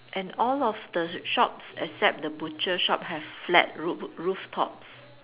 and all of the shops except the butcher shop have flat roo~ roof tops